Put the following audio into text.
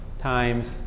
times